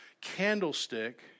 candlestick